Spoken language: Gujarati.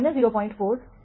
4 1 છે